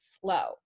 slow